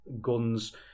guns